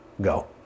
go